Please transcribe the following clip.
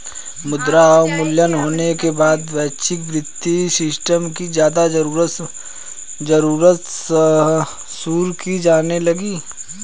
मुद्रा अवमूल्यन होने के बाद वैश्विक वित्तीय सिस्टम की ज्यादा जरूरत महसूस की जाने लगी